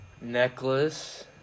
necklace